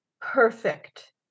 perfect